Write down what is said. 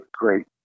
great